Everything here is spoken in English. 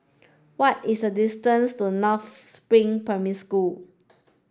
what is the distance to North Spring Primary School